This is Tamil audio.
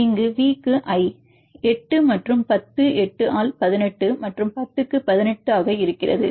இங்கு V க்கு I 8 மற்றும் 10 8 ஆல் 18 மற்றும் 10 க்கு 18 ஆக இருக்கிறது